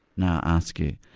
now i ask you,